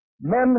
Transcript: Men